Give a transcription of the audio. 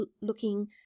looking